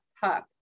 pup